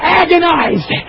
agonized